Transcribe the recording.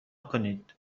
کنید